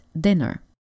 dinner